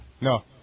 No